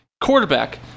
Quarterback